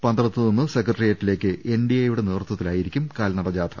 പന്തളത്ത് നിന്ന് സെക്രട്ടേറിയറ്റിലേക്ക് എൻഡിഎ യുടെ നേതൃ ത്വത്തിലായിരിക്കും കാൽനട ജാഥ